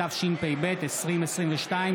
התשפ"ב 2022,